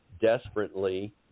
desperately